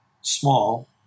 small